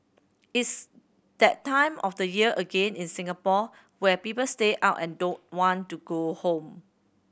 it's that time of the year again in Singapore where people stay out and don't want to go home